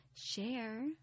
share